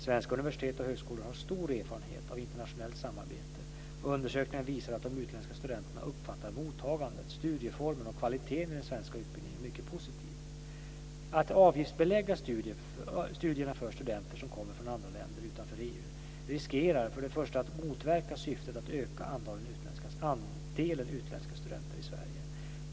Svenska universitet och högskolor har stor erfarenhet av internationellt samarbete, och undersökningar visar att de utländska studenterna uppfattar mottagandet, studieformen och kvaliteten i den svenska utbildningen mycket positivt. Att avgiftsbelägga studierna för studenter som kommer från länder utanför EU riskerar för det första att motverka syftet att öka andelen utländska studenter i Sverige.